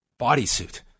bodysuit